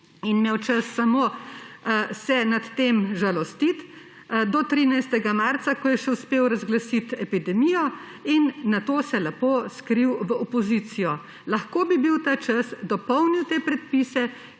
in imel čas samo se nad tem žalostiti do 13. marca, ko je še uspel razglasiti epidemijo, in nato se je lepo skril v opozicijo. Lahko bi tačas dopolnil te predpise,